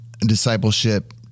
discipleship